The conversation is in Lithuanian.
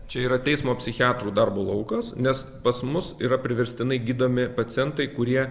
čia yra teismo psichiatrų darbo laukas nes pas mus yra priverstinai gydomi pacientai kurie